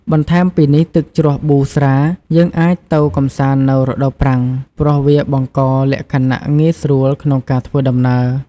បន្ថែមពីនេះ ទឹកជ្រោះប៊ូស្រា យើងអាចទៅកំសាន្តនៅរដូវប្រាំង ព្រោះវាបង្កលក្ខណៈងាយស្រួលក្នុងការធ្វើដំណើរ។